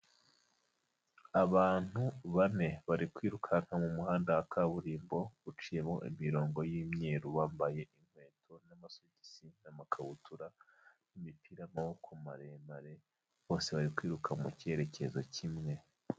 Abantu bane bari kwirukanka mu muhanda wa kaburimbo uciyemo imirongo y'imyeru bambaye inkweto n'amasogisi n'amakabutura n'imipira y'amaboko maremare, bose bari kwiruka mu cyerekezo kimwe.